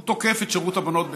הוא תוקף את שירות הבנות בצה"ל.